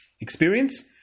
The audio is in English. Experience